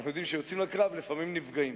אנחנו יודעים, כשיוצאים לקרב לפעמים נפגעים.